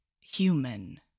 human